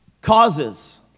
causes